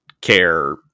care